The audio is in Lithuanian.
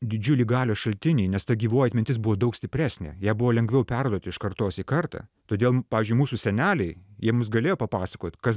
didžiulį galios šaltinį nes ta gyvoji atmintis buvo daug stipresnė ją buvo lengviau perduoti iš kartos į kartą todėl pavyzdžiui mūsų seneliai jiems galėjo papasakot kas